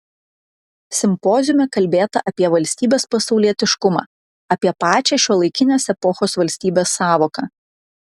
simpoziume kalbėta apie valstybės pasaulietiškumą apie pačią šiuolaikinės epochos valstybės sąvoką